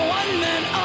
one-man